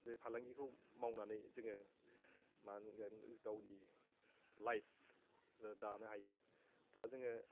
बे फालांगिखौ मावनानै जोङो मा होनगोन गावनि लाइफ जों दानो हायो दा जोङो